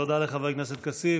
תודה לחבר הכנסת כסיף.